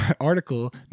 article